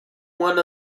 one